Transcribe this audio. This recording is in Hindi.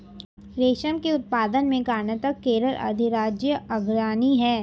रेशम के उत्पादन में कर्नाटक केरल अधिराज्य अग्रणी है